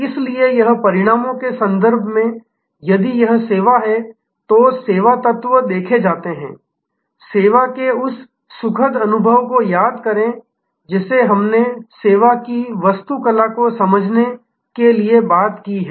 इसलिए यह परिणामों के संदर्भ में यदि सेवा है तो सेवा तत्व देखे जाते हैं सेवा के उस सुखद अनुभव को याद रखें जिसे हमने सेवा की वास्तुकला को समझने के लिए बात की है